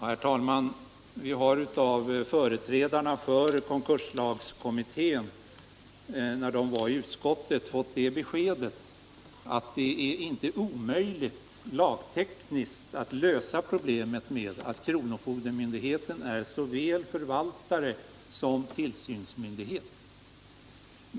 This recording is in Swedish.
Herr talman! Vi har av företrädarna för konkurslagskommittén, när de var i utskottet, fått beskedet att det inte är lagtekniskt omöjligt att lösa problemet med att kronofogdemyndigheten är såväl förvaltare som tillsynsmyndighet.